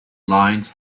lines